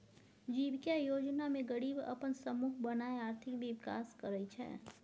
जीबिका योजना मे गरीब अपन समुह बनाए आर्थिक विकास करय छै